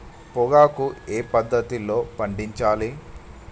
పొగాకు ఏ పద్ధతిలో పండించాలి?